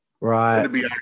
Right